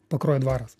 pakruojo dvaras